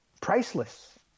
priceless